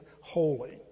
holy